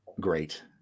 great